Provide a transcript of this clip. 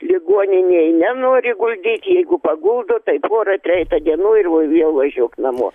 ligoninėj nenori guldyt jeigu paguldo tai porą trejetą dienų ir va vėl važiuok namo